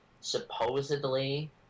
Supposedly